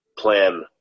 plan